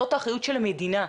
זאת האחריות של המדינה,